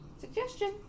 Suggestion